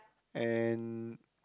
and